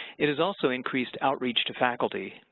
it is also increased outreach to faculty.